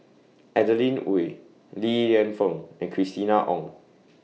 Adeline Ooi Li Lienfung and Christina Ong